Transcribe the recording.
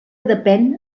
depèn